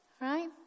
Right